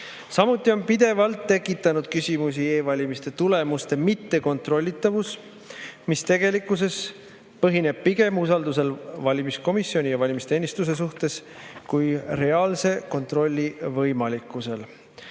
Samuti on pidevalt tekitanud küsimusi e-valimiste tulemuste mittekontrollitavus, mis tegelikkuses põhineb pigem usaldusel valimiskomisjoni ja valimisteenistuse suhtes kui reaalse kontrolli võimalikkusel.